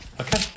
Okay